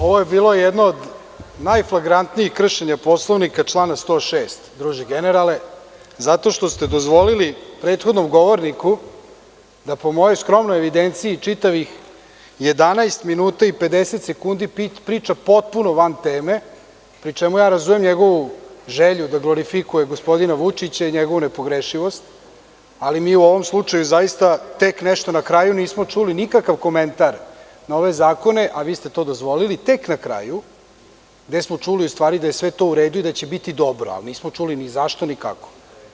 Ovo je bilo jedno od najflagrantnijih kršenja Poslovnika člana 106, zato što ste dozvolili prethodnom govorniku da, po mojoj skromnoj evidenciji, čitavih 11 minuta i 50 sekundi priča potpuno van teme, pri čemu razumem njegovu želju da glorifikuje gospodina Vučića i njegovu nepogrešivost, ali u ovom slučaju, tek nešto na kraju, nismo čuli nikakav komentar na ove zakone, a vi ste to dozvolili, tek na kraju, gde smo čuli u stvari da je sve to u redu i da će biti dobro, ali nismo čuli ni zašto, ni kako.